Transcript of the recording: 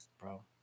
bro